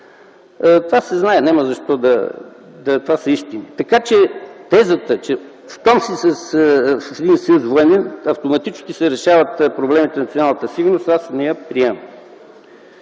Това се знае, това са истини! Тезата, че щом си в един съюз – военен, автоматически се решават проблемите на националната сигурност, аз не я приемам.